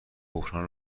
بحران